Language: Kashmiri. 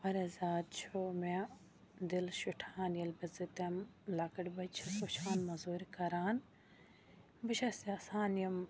واریاہ زیادٕ چھُ مےٚ دِل شِٹھان ییٚلہِ بہٕ زٕ تِم لَکٕٹۍ بَچہِ چھَس وٕچھان موٚزوٗرۍ کَران بہٕ چھَس یَژھان یِم